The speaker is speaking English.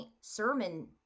sermon